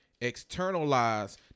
externalize